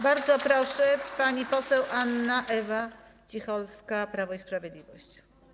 Bardzo proszę, pani poseł Anna Ewa Cicholska, Prawo i Sprawiedliwość.